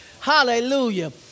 Hallelujah